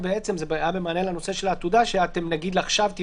את זה במענה לנושא של העתודה שעכשיו תבחרו,